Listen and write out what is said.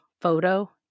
Photo